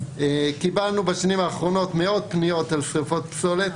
קיבלנו בשנים האחרונות מאות פניות על שריפות פסולת,